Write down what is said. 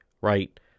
right